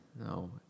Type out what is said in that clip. No